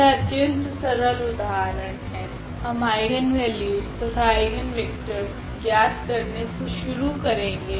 यह अत्यंत सरल उदाहरण है हम आइगनवेल्यूस तथा आइगनवेक्टरस ज्ञात करने से शुरू करेगे